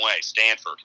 Stanford